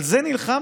על זה נלחמתם?